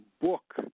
book